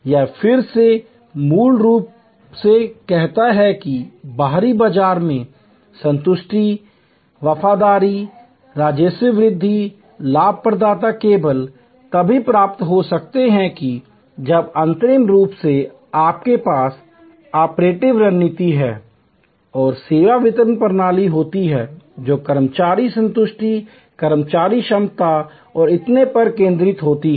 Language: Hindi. यह फिर से मूल रूप से कहता है कि बाहरी बाजार में संतुष्टि वफादारी राजस्व वृद्धि लाभप्रदता केवल तभी प्राप्त हो सकती है जब आंतरिक रूप से आपके पास ऑपरेटिंग रणनीति और सेवा वितरण प्रणाली होती है जो कर्मचारी संतुष्टि कर्मचारी क्षमता और इतने पर केंद्रित होती है